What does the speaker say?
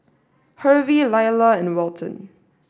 Hervey Lilah and Welton